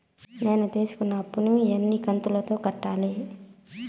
నేను తీసుకున్న అప్పు ను ఎన్ని కంతులలో కట్టాలి?